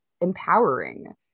empowering